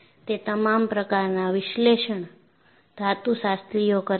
તે તમામ પ્રકારના વિશ્લેષણ ધાતુશાસ્ત્રીઓ કરે છે